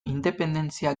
independentzia